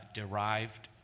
derived